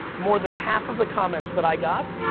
more than half of the comments that i got,